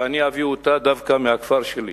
ואני אביא אותה דווקא מהכפר שלי.